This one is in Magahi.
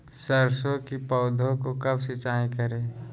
सरसों की पौधा को कब सिंचाई करे?